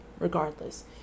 Regardless